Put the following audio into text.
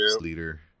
leader